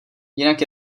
jinak